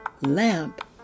lamp